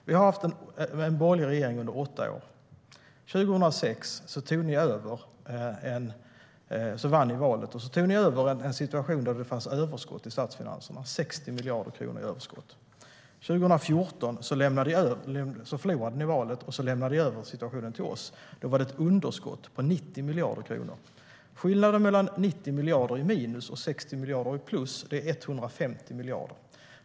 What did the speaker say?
Vi har haft borgerlig regering under åtta år. År 2006 vann ni valet och tog över en situation med överskott i statsfinanserna. Det fanns 60 miljarder kronor i överskott. År 2014 förlorade ni valet och lämnade över situationen till oss. Då var det ett underskott på 90 miljarder kronor. Skillnaden mellan minus 90 miljarder och plus 60 miljarder är 150 miljarder.